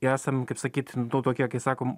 esam kaip sakyt to tokia kai sakom